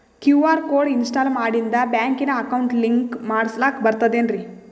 QR code install ಮಾಡಿಂದ ಬ್ಯಾಂಕಿನ account link ಮಾಡಸ್ಲಾಕ ಬರ್ತದೇನ್ರಿ